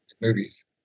movies